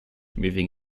moving